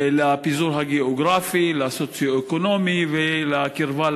לפיזור הגיאוגרפי, לסוציו-אקונומי ולקרבה לגבול,